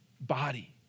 body